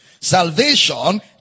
salvation